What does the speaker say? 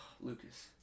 Lucas